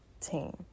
team